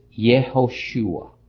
Yehoshua